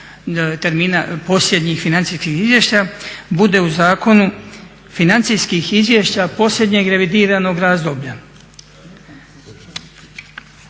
termina posljednjih financijskih izvještaja bude u zakonu financijskih izvješća posljednjeg revidiranog razdoblja.